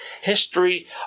history